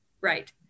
Right